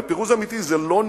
ופירוז אמיתי זה לא נייר,